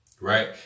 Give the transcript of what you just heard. Right